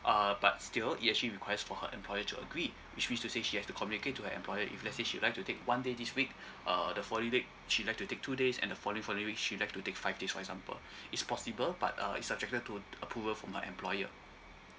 uh but still it actually request for her employer to agreed which means to say she have to communicate to her employer if let's say she'd like to take one day this week uh the following week she'd like to take two days and the following following week she'd like to take five days for example it's possible but uh it's subjected to approval from her employer